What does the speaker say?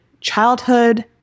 childhood